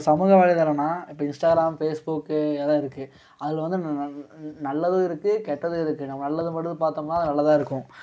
சமூக வலைதளம்னா இப்போ இன்ஸ்டாகிராம் ஃபேஸ்புக்கு எதோ இருக்குது அதில் வந்து நல்லதும் இருக்கும் கெட்டதும் இருக்கும் நம்ம நல்லதுமட்டும் பார்த்தம்னா அது நல்லதா இருக்கும்